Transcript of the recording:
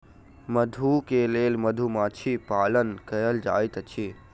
मधु के लेल मधुमाछी पालन कएल जाइत अछि